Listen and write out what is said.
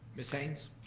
ms. haynes?